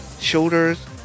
shoulders